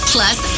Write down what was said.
Plus